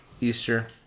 Easter